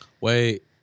Wait